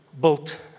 built